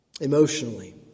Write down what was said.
emotionally